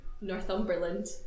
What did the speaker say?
Northumberland